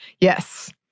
Yes